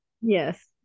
yes